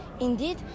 Indeed